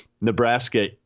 Nebraska